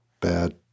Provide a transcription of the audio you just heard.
bad